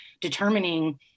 determining